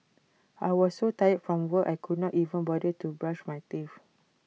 I was so tired from work I could not even bother to brush my teeth